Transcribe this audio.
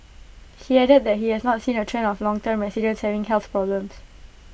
he added that he has not seen A trend of longtime residents having health problems